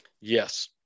Yes